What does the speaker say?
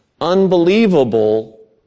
unbelievable